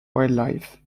wildlife